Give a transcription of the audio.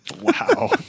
Wow